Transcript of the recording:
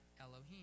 Elohim